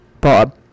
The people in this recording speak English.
Bob